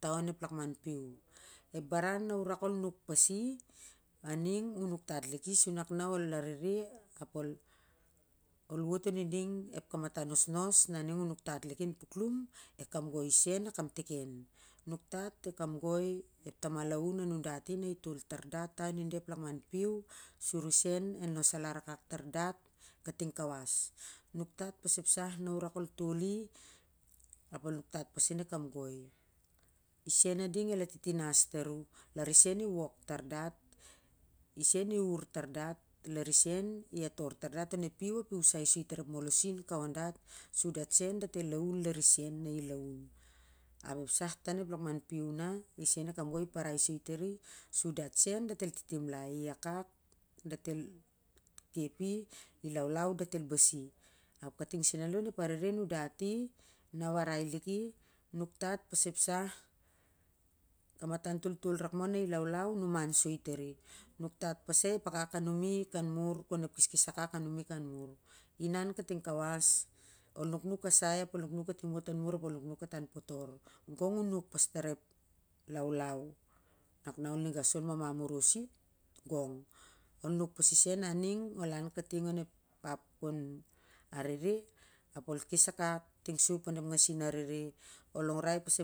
Ta onep lakman piu, ep baran na a nuk pai i a ning u naktat li ki su ne ol arere ol wot oniding kamatan nosnos na ning u nuktat liki an puklus kamgoi seu a kaptikau, nuktat e kamgoi ep tama laun a nudati na i tol tar dat on i da ep lakman piu sur i seu a kaptikau, nuktat e kamgoi ep tama laun a nudati na u rak ol toli ap ol nuk tat pas eg sah na u rak ol toli ap ol nuktat pasen e kamgoi i gen a ding el atittinas tar u lati sen i wok tar dat i sen i ur tar dat bur i sen i ator tar dat o ep piu ap i usai soi tar ep molosin ka on dat dat sa dat el laun lar i sen me i laun ap ep sah to onep lakman piu na i seu e kamgoi i pavai soi tari saa dat sen dat el timlai i akak dat el kep i laulau dat el basi ap kating seu a lo onep arere nundati na warwar ai luk nuk tatg pas ep sah kamatan toitoi rak moh na i laulau numai sai tari nuktat pasa ep wakat anumi kanmur kou ep keskes a kok a numi kan mur inan kating kawas ol nuknuk kasai ap ol nuknuk katimmot an mur ap kata an potor go u nuk pastar ep lau nak na na niga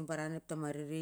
sahol.